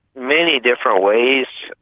many different ways.